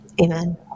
Amen